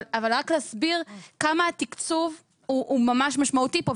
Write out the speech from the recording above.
אבל רק להסביר כמה התקצוב הוא ממש משמעותי פה,